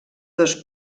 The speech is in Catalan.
dos